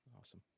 awesome